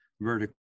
vertical